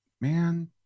man